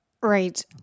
Right